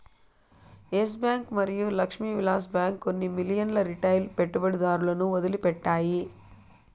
yes Bank మరియు Lakshmi Vilas bank కొన్ని మిలియన్ల రిటైల్ పెట్టుబడిదారులను వదిలిపెట్టాయి